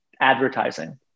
advertising